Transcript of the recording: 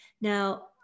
Now